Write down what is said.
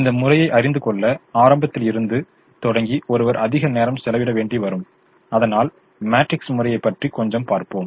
இந்தமுறையை அறிந்துகொள்ள ஆரம்பத்தில் இருந்து தொடங்கி ஒருவர் அதிக நேரம் செலவிட வேண்டிவரும் அதனால் மேட்ரிக்ஸ் முறையைப் பற்றி கொஞ்சம் பார்ப்போம்